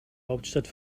hauptstadt